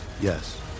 Yes